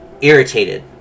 irritated